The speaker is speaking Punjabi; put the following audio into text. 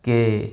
ਕਿ